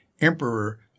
emperor